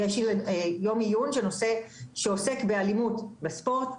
יש יום עיון שעוסק באלימות בספורט,